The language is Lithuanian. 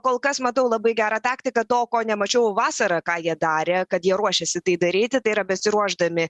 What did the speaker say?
kol kas matau labai gerą taktiką to ko nemačiau vasarą ką jie darė kad jie ruošėsi tai daryti tai yra besiruošdami